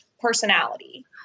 personality